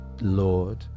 lord